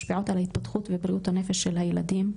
משפיעות על ההתפתחות ובריאות הנפש של הילדים.